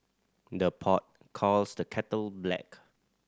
the pot calls the kettle black